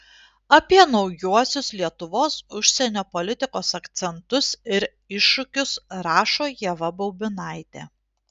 apie naujuosius lietuvos užsienio politikos akcentus ir iššūkius rašo ieva baubinaitė